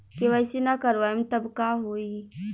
KYC ना करवाएम तब का होई?